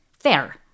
fair